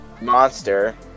monster